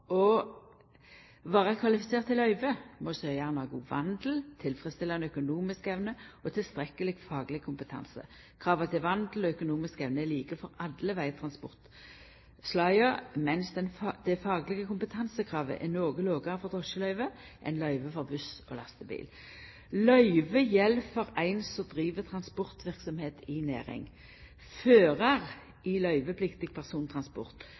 å vera kvalifisert til å få løyve må søkjaren ha god vandel, tilfredsstillande økonomisk evne og tilstrekkeleg fagleg kompetanse. Krava til vandel og økonomisk evne er like for alle vegtransportslaga, medan det faglege kompetansekravet er noko lågare for drosjeløyve enn for løyve for buss og lastebil. Løyve gjeld for ein som driv transportverksemd i næring. Førar i løyvepliktig persontransport